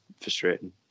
frustrating